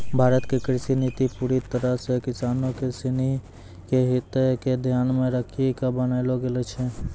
भारत के कृषि नीति पूरी तरह सॅ किसानों सिनि के हित क ध्यान मॅ रखी क बनैलो गेलो छै